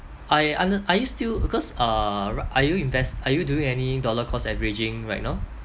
I under are you still because uh right are you invest are you doing any dollar cost averaging right now